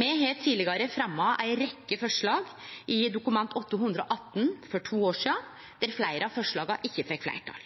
Me har tidlegare fremja ei rekkje forslag, i Dokument 8:118 for to år sidan, då fleire av forslaga ikkje fekk fleirtal.